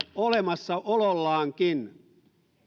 olemassaolollaankin